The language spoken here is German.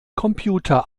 computer